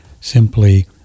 simply